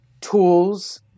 tools